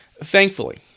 Thankfully